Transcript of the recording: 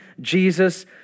Jesus